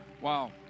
Wow